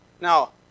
Now